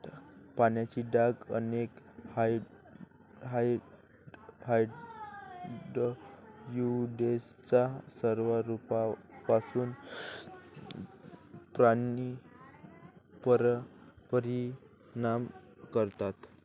पानांचे डाग अनेक हार्डवुड्सच्या स्वरूपावर परिणाम करतात